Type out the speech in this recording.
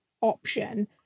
option